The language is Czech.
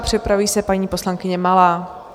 Připraví se paní poslankyně Malá.